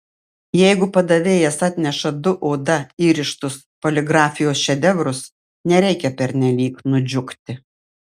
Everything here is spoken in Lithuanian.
jeigu padavėjas atneša du oda įrištus poligrafijos šedevrus nereikia pernelyg nudžiugti